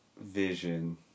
Vision